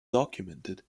documented